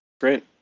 Great